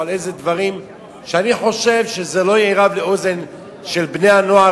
או איזה דברים שאני חושב שזה לא יערב לאוזן של בני-הנוער